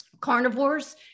carnivores